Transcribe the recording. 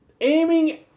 aiming